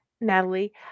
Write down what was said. Natalie